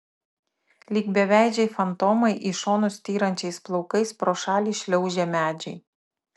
lyg beveidžiai fantomai į šonus styrančiais plaukais pro šalį šliaužė medžiai